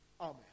Amen